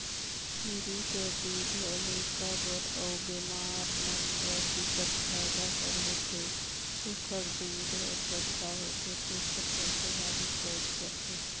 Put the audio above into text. छेरी कर दूद ह लइका बर अउ बेमार मन बर बिकट फायदा कर होथे, एखर दूद हर पतला होथे तेखर चलते हालु पयच जाथे